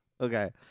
okay